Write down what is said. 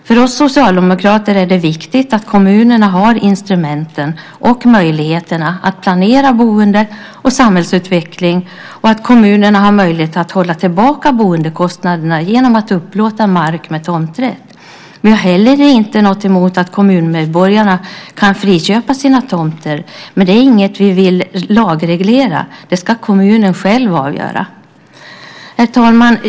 För oss socialdemokrater är det viktigt att kommunerna har instrumenten och möjligheterna att planera boende och samhällsutveckling och att kommunerna har möjlighet att hålla tillbaka boendekostnaderna genom att upplåta mark med tomträtt. Vi har inte heller något emot att kommunmedborgarna kan friköpa sina tomter. Men det är inte något som vi vill lagreglera. Det ska kommunen själv avgöra.